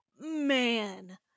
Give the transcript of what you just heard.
man